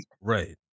Right